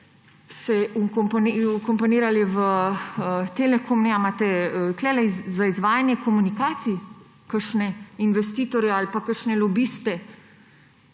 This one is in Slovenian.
ste vkomponirali v Telekom, ali imate za izvajanje komunikacij kakšne investitorje ali pa kakšne lobiste,